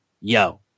yo